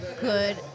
good